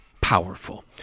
powerful